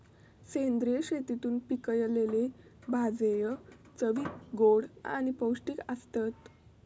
सेंद्रिय शेतीतून पिकयलले भाजये चवीक गोड आणि पौष्टिक आसतत